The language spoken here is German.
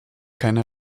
keine